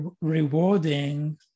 rewarding